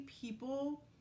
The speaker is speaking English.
people